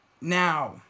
now